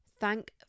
thank